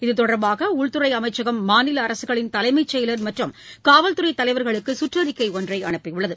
இதுதொடர்பாகஉள்துறைஅமைச்சகம் மாநிலஅரசுகளின் தலைமையலர் மற்றும் காவல் துறைதலைவர்களுக்குசுற்றறிக்கைஒன்றைஅனுப்பியுள்ளது